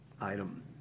item